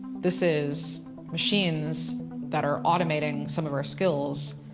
this is machines that are automating some of our skills,